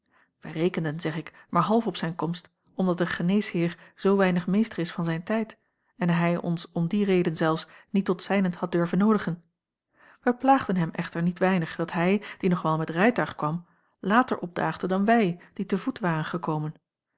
wij rekenden zeg ik maar half op zijn komst omdat een geneesheer zoo weinig meester is van zijn tijd en hij ons om die reden zelfs niet tot zijnent had durven noodigen wij plaagden hem echter niet weinig dat hij die nog wel met rijtuig kwam later opdaagde dan wij die te voet waren gekomen